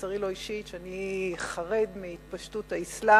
ותמסרי לו אישית, שאני חרד מהתפשטות האסלאם,